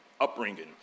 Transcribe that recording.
upbringing